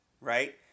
right